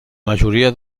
majoria